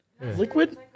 Liquid